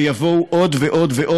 ויבואו עוד ועוד.